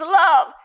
love